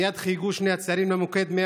מייד חייגו שני הצעירים למוקד 100